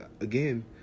again